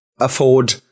afford